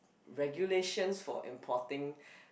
regulations for importing